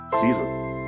season